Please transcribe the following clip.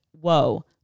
whoa